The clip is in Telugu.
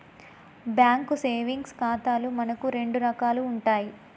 బ్యాంకు సేవింగ్స్ ఖాతాలు మనకు రెండు రకాలు ఉంటాయి